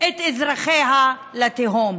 את אזרחיה לתהום.